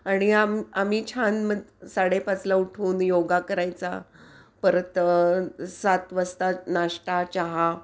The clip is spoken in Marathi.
आणि आम आम्ही छान मग साडेपाचला उठून योगा करायचा परत सात वाजता नाश्ता चहा